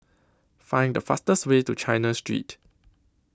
Find The fastest Way to China Street